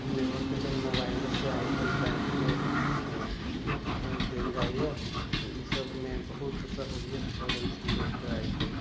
देबऽके लेल मोबाइलेसँ आइ काल्हि बैंकके भेज देल जाइए तऽ ई सबमे बहुत सहूलियत भऽ गेल छै लोकके आइ काल्हि